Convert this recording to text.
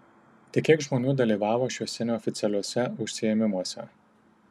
tai kiek žmonių dalyvavo šiuose neoficialiuose užsiėmimuose